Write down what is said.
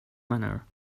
manner